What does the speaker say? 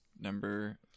number